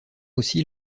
aussi